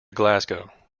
glasgow